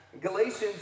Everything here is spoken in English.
Galatians